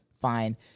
fine